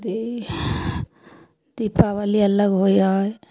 अथी दी दीपाबली अलग होइ हइ